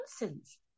nonsense